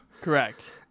Correct